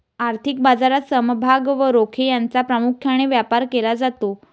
आर्थिक बाजारात समभाग व रोखे यांचा प्रामुख्याने व्यापार केला जातो